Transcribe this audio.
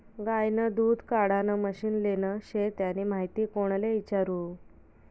गायनं दूध काढानं मशीन लेनं शे त्यानी माहिती कोणले इचारु?